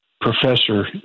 professor